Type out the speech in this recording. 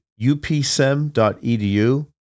upsem.edu